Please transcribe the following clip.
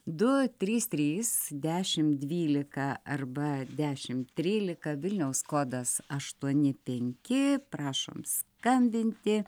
du trys trys dešim dvylika arba dešim trylika vilniaus kodas aštuoni penki prašom skambinti